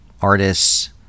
artists